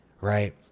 right